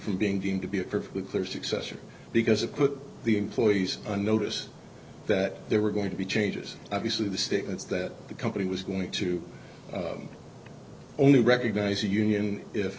from being deemed to be a perfectly clear successor because it put the employees on notice that they were going to be changes obviously the statements that the company was going to only recognise a union if